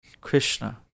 Krishna